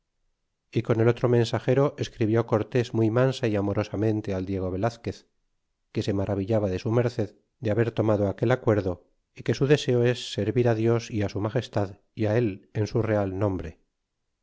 y con el otro mensagero escribió cortés muy mansa y amorosamente al diego velazquez que se maravillaba de su merced de haber tomado aquel acuerdo y que su deseo es servir dios y su magestad y él en su real nombre